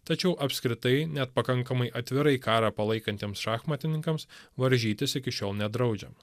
tačiau apskritai net pakankamai atvirai karą palaikantiems šachmatininkams varžytis iki šiol nedraudžiama